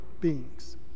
beings